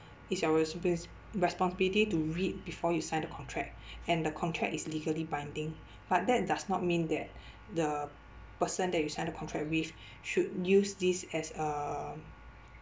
it's your resp~ responsibility to read before you sign the contract and the contract is legally binding but that does not mean that the person that you sign the contract with should use this as a